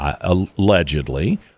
allegedly